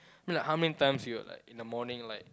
I mean like how many times you like in the morning you like